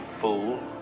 fool